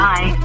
Bye